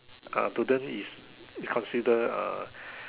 uh to them it's considered uh